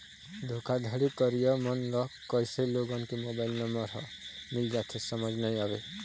धोखाघड़ी करइया मन ल कइसे लोगन के मोबाईल नंबर ह मिल जाथे समझ नइ आवय